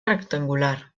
rectangular